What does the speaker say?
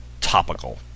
topical